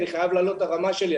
אני חייב להעלות את הרמה שלי,